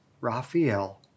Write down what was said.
Raphael